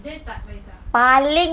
dan tak nice lah